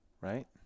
right